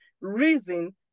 reason